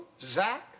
Zach